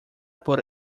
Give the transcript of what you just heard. por